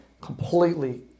completely